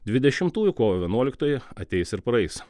dvidešimtųjų kovo vienuoliktoji ateis ir praeis